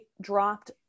dropped